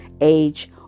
age